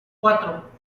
cuatro